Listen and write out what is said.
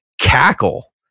cackle